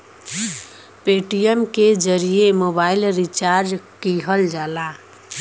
Paytm के जरिए mobile recharge किहल जाला